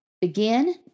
Begin